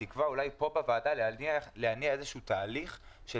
בתקווה שפה בוועדה נניע איזה שהוא תהליך של